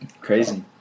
Crazy